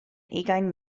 ugain